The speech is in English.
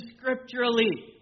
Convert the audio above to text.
scripturally